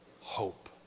hope